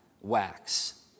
Wax